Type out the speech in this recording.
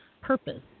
purpose